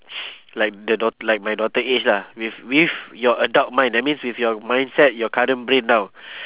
like the dau~ like my daughter age lah with with your adult mind that means with your mindset your current brain now